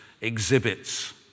exhibits